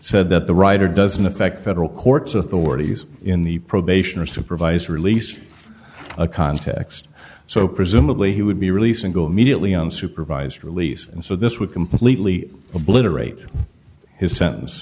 said that the writer doesn't affect federal court's authorities in the probation or supervised release of a context so presumably he would be released and go immediately on supervised release and so this would completely obliterate his sen